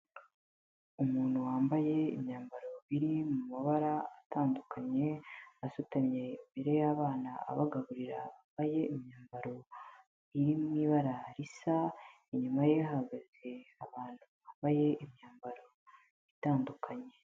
Umuntu wambaye imyambaro biri mu mabara atandukanye, asutamye imbere y'abana abagaburira bambaye imyambaro iri mu ibara risa, inyuma ye hahagaze abantu bambaye imyambaro itandukanye.